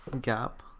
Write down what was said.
gap